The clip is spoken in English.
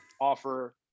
offer